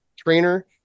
Trainer